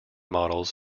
models